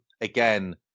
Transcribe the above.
again